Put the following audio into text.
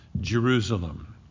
Jerusalem